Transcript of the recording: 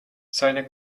seine